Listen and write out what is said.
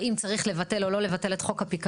האם צריך לבטל או לא לבטל את חוק הפיקדון.